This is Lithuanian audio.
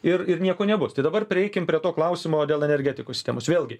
ir ir nieko nebus tai dabar prieikim prie to klausimo dėl energetikos sistemos vėlgi